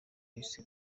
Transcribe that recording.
bise